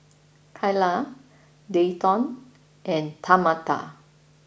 Kaila Dayton and Tamatha